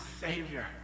Savior